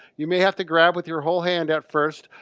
you may have to grab with your whole hand at first.